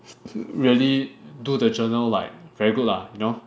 really do the journal like very good lah you know